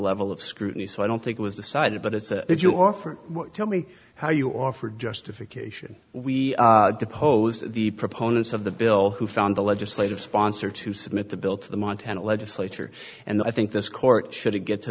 level of scrutiny so i don't think it was decided but it's a if you offer tell me how you offer justification we deposed the proponents of the bill who found the legislative sponsor to submit the bill to the montana legislature and i think this court should it get to